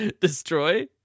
destroy